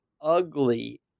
ugly